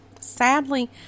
sadly